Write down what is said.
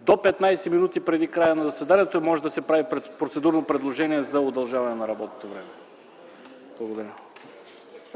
до 15 минути преди края на заседанието може да се прави процедурно предложение за удължаване на работното време. Благодаря.